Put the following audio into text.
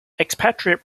expatriate